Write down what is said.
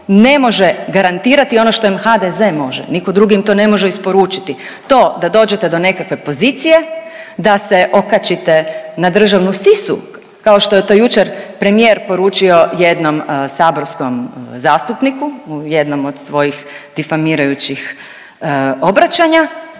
ne može garantirati ono što im HDZ može, nitko drugi im to ne može isporučiti, to da dođete do nekakve pozicije, da se okačite na državnu sisu kao što je to jučer premijer poručio jednom saborskom zastupniku u jednom od svojih difamirajućih obraćanja,